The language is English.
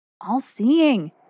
all-seeing